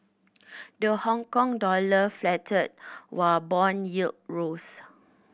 the Hongkong dollar faltered while bond yield rose